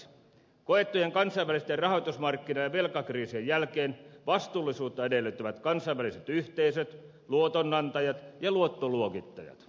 koettujen kansainvälisten rahoitusmarkkina ja velkakriisien jälkeen vastuullisuutta edellyttävät kansainväliset yhteisöt luotonantajat ja luottoluokittajat